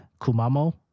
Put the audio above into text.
Kumamo